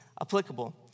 applicable